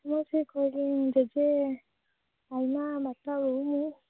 ମୋର ସେ କଜିନ୍ ଜେଜେ ଆଇମା ବାପା ବୋଉ ମୁଁ